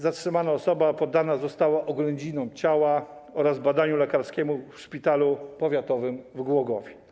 Zatrzymana osoba poddana została oględzinom ciała oraz badaniu lekarskiemu w szpitalu powiatowym w Głogowie.